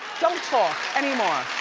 don't talk anymore.